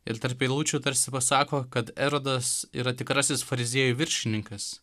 ir tarp eilučių tarsi pasako kad erodas yra tikrasis fariziejų viršininkas